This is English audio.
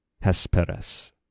Hesperus